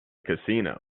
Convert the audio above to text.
casino